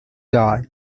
die